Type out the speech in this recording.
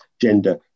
gender